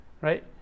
right